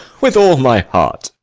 with all my heart!